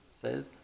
says